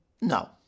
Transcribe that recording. No